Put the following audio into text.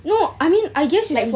no I mean I guess like